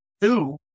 two